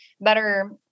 better